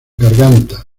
garganta